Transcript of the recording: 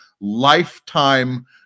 lifetime